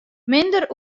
minder